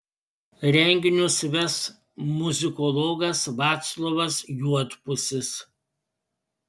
renginius ves muzikologas vaclovas juodpusis